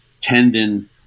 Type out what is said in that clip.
tendon